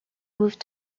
moved